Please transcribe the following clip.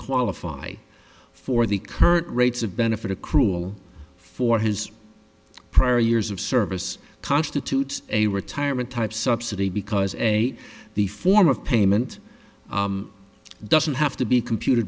qualify for the current rates of benefit accrual for his prior years of service constitute a retirement type subsidy because a the form of payment doesn't have to be compute